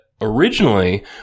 originally